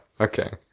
Okay